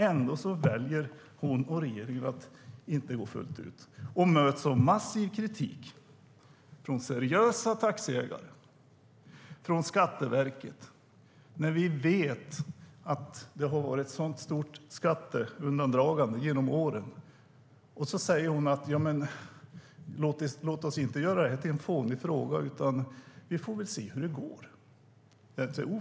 Ändå väljer hon och regeringen att inte gå fullt ut och möts av massiv kritik från seriösa taxiägare och från Skatteverket när vi vet att det har varit ett sådant stort skatteundandragande genom åren. Nu säger Catharina Elmsäter-Svärd: Låt oss inte göra detta till en fånig fråga, utan vi får se hur det går.